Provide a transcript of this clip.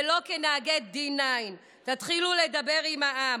ולא כנהגי D9. תתחילו לדבר עם העם.